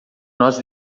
nós